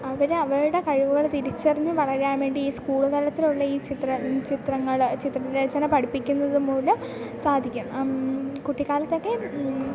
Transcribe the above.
അവർ അവരുടെ കഴിവുകൾ തിരിച്ചറിഞ്ഞ് വളരാൻ വേണ്ടി ഈ സ്കൂൾ തലത്തിലുള്ള ഈ ചിത്ര ചിത്രങ്ങൾ ചിത്രരചന പഠിപ്പിക്കുന്നതു മൂലം സാധിക്കുന്നു കുട്ടിക്കാലത്തൊക്കെ